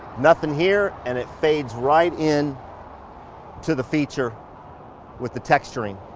nothing here, and it fades right in to the feature with the texturing.